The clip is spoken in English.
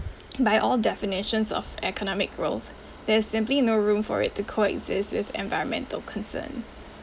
by all definitions of economic growth there's simply no room for it to coexist with environmental concerns